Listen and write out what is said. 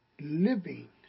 living